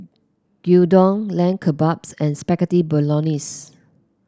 Gyudon Lamb Kebabs and Spaghetti Bolognese